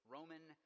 Roman